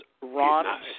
Ron